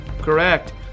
Correct